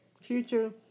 future